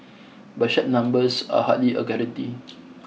but such numbers are hardly a guarantee